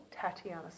Tatiana